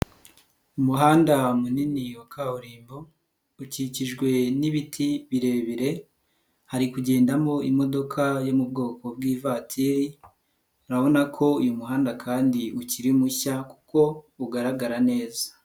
Umuhanda munini wa kaburimbo, ukikijwe n'ibiti birebire, hari kugendamo imodoka yo mu bwoko bw'ivatiri, urabona ko uyu muhanda kandi ukiri mushya kuko ugaragara neza.